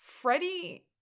Freddie